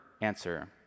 answer